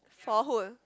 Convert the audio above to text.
for who